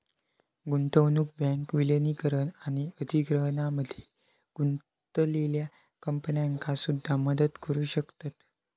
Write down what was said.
गुंतवणूक बँक विलीनीकरण आणि अधिग्रहणामध्ये गुंतलेल्या कंपन्यांका सुद्धा मदत करू शकतत